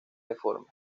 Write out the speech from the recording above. reformas